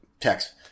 text